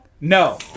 No